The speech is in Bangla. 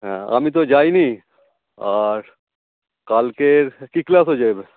হ্যাঁ আমি তো যাই নি আর কালকের কী ক্লাস হয়েছে